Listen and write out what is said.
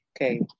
Okay